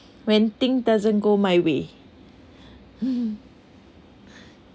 when thing doesn't go my way